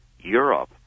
Europe